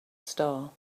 star